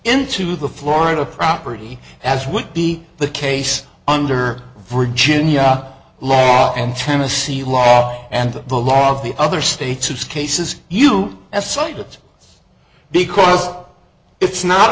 into the florida property as would be the case under virginia law and tennessee law and the law of the other states as cases you assign it because it's not